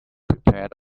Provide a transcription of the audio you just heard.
prepared